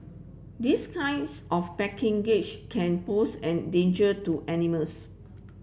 this kinds of packing gage can pose an danger to animals